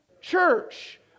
church